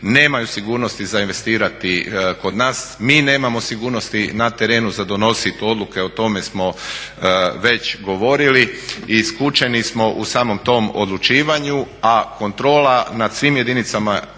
nemaju sigurnosti za investirati kod na, mi nemamo sigurnosti na terenu za donositi odluke, o tome smo već govorili i skučeni smo u samom tom odlučivanju a kontrola nad svim jedinicama